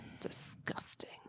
Disgusting